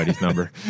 number